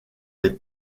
les